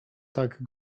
tak